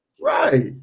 Right